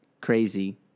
crazy